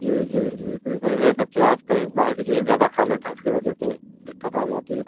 جی جی جی بالکل خیر بچے آج کل باہر کی چیزیں زیادہ کھا لیتے ہیں اُس کی وجہ سے دقت آ جاتی ہے